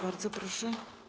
Bardzo proszę.